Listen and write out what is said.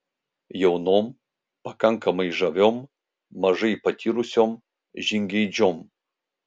jaunom pakankamai žaviom mažai patyrusiom žingeidžiom